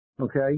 okay